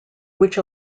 which